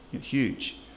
Huge